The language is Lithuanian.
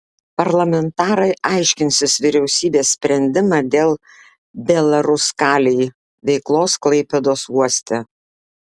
parlamentarai aiškinsis vyriausybės sprendimą dėl belaruskalij veiklos klaipėdos uoste